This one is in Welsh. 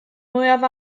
mwyaf